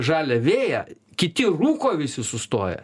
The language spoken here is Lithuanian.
žalią vėją kiti rūko visi sustoję